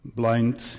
blind